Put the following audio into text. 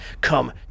come